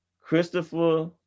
Christopher